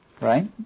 right